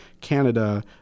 Canada